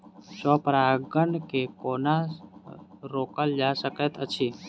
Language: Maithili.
स्व परागण केँ कोना रोकल जा सकैत अछि?